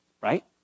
right